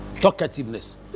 Talkativeness